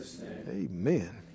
Amen